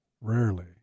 Rarely